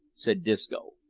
said disco,